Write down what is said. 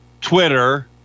twitter